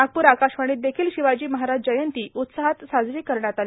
नागप्र आकाशवाणीत देखील शिवाजी महाराज जयंती उत्साहात साजरी करण्यात आली